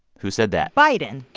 who said that? biden